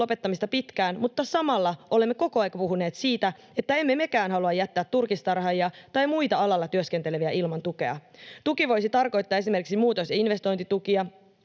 lopettamista pitkään, mutta samalla olemme koko ajan puhuneet siitä, että emme mekään halua jättää turkistarhaajia tai muita alalla työskenteleviä ilman tukea. Tuki voisi tarkoittaa esimerkiksi muutos- ja investointitukia,